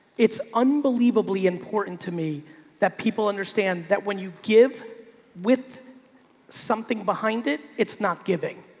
it's unbelievably important to me that people understand that when you give with something behind it, it's not giving.